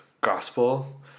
gospel